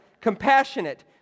Compassionate